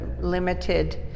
limited